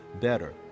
better